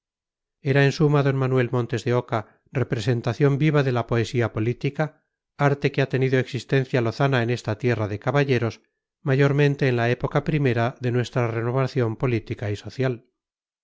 era en suma d manuel montes de oca representación viva de la poesía política arte que ha tenido existencia lozana en esta tierra de caballeros mayormente en la época primera de nuestra renovación política y social